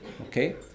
Okay